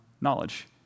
knowledge